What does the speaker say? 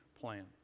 plan